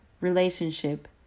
relationship